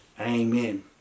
amen